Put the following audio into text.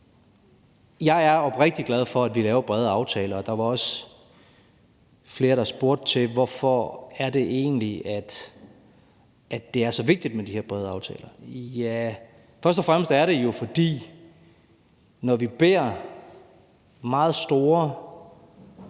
Jeg er oprigtigt glad for, at vi laver brede aftaler. Der var også flere, der spurgte til, hvorfor det egentlig er, at det er så vigtigt med de her brede aftaler. Ja, først og fremmest er det jo, fordi det, når vi beder meget store